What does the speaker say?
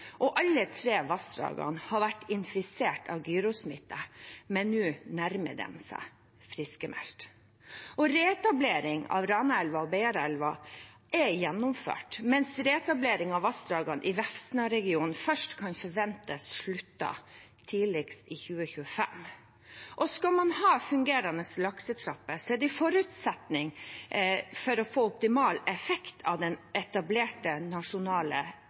og Beiarelva. Alle tre vassdragene har vært infisert av gyrosmitte, men nå nærmer de seg friskmeldte. Reetablering av Ranaelva og Beiarelva er gjennomført, mens reetablering av vassdragene i Vefsna-regionen først kan forventes sluttført tidligst i 2025. Fungerende laksetrapper er en forutsetning for å få optimal effekt av de etablerte nasjonale